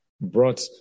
Brought